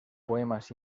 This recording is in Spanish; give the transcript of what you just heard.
poemas